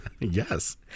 yes